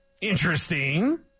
interesting